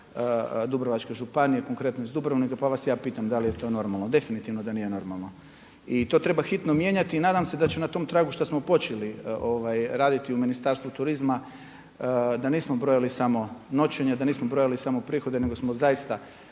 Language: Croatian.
Dubrovačke županije konkretno iz Dubrovnika pa vas ja pitam da li je eto normalno? Definitivno da nije normalno i to treba hitno mijenjati. I nadam se da će na tom tragu što smo počeli raditi u Ministarstvu turizma da nismo brojali samo noćenja, da nismo brojili samo prihode nego smo zaista